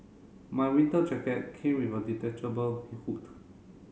my winter jacket came with a detachable hood